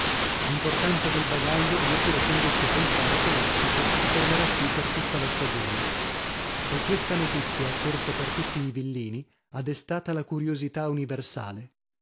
l'importanza del bagaglio li ha pure condotti a pensare che l'ospite si fermerà qui per tutta la stagione e questa notizia corsa per tutti i villini ha destata la curiosità universale